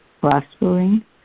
prospering